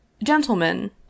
Gentlemen